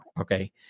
Okay